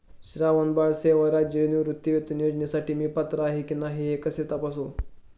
श्रावणबाळ सेवा राज्य निवृत्तीवेतन योजनेसाठी मी पात्र आहे की नाही हे मी कसे तपासू?